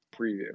preview